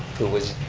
who was,